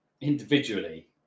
individually